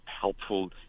helpful